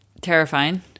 Terrifying